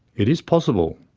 it is possible.